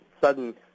sudden